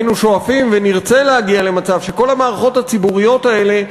היינו שואפים ונרצה להגיע למצב שבכל המערכות הציבוריות האלה,